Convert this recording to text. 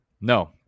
No